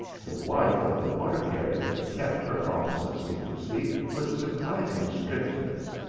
the wife of the water-carrier kept her promise of secrecy with surprising strictness.